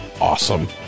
awesome